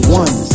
one